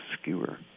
skewer